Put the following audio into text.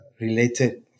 related